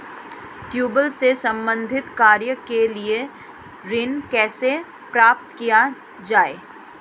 Tubewell से संबंधित कार्य के लिए ऋण कैसे प्राप्त किया जाए?